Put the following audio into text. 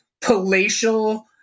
palatial